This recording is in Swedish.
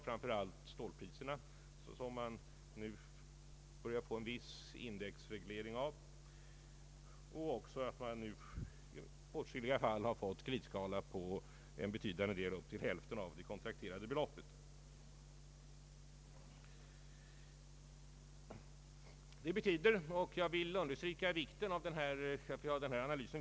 Framför allt har man börjat indexreglera stålpriserna. I åtskilliga fall har man infört glidskalor på en betydande del, upp till hälften, av det kontrakterade beloppet. Jag vill understryka vikten av denna analys.